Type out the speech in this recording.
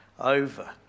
over